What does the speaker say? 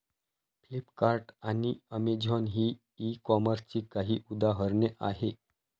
Flipkart आणि Amazon ही e कॉमर्सची काही उदाहरणे आहे